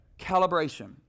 calibration